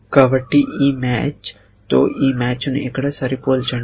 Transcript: కాబట్టి ఈ మ్యాచ్తో ఈ మ్యాచ్ను ఇక్కడ సరిపోల్చండి